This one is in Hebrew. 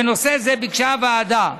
בנושא זה ביקשה הוועדה,